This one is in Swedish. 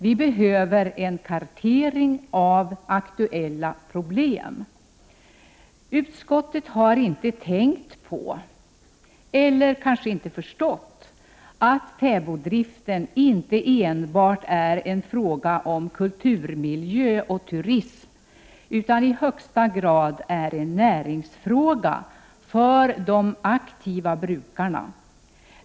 Vi behöver en kartering av aktuella problem. Utskottet har inte tänkt på, eller kanske inte förstått, att fäboddriften inte enbart är en fråga om kulturmiljö och turism utan i högsta grad är en näringsfråga för de aktiva brukarna.